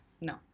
No